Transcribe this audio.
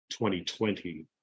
2020